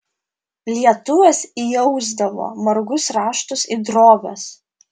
lietuvės įausdavo margus raštus į drobes